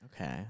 Okay